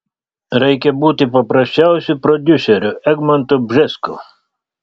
reikia būti paprasčiausiu prodiuseriu egmontu bžesku